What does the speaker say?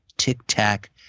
tic-tac